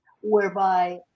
whereby